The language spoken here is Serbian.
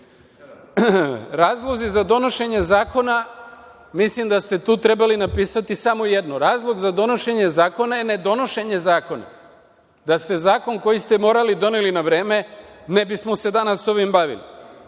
red. Razlozi za donošenje zakona, mislim da ste tu trebali napisati samo jedno - razlog za donošenje zakona je nedonošenje zakona. Da ste zakon koji ste morali doneli na vreme, ne bismo se danas ovim bavili.